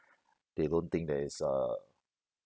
they don't think there is uh